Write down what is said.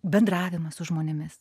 bendravimą su žmonėmis